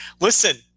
listen